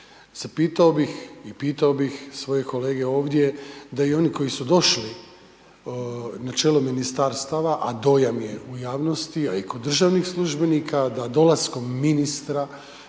zapitao bih i pitao bih svoje kolege ovdje da i oni koji su došli na čelo ministarstava, a dojam je u javnosti, a i kod državnih službenika da dolaskom ministra,